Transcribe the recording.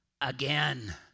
again